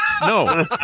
no